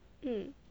mm